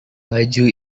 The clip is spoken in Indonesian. baju